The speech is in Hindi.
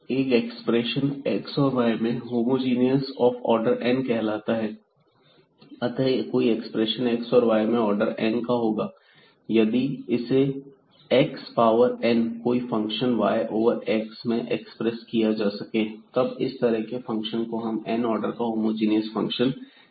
एक एक्सप्रेशन x और y में होमोजीनियस ऑफ ऑर्डर n कहलाता है अतः कोई एक्सप्रेशन x और y में ऑर्डर n का होगा यदि इसे x पावर n कोई फंक्शन y ओवर x में एक्सप्रेस किया जा सके तब इस तरह के फंक्शन को हम n आर्डर का होमोजीनियस फंक्शन कहते हैं